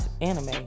anime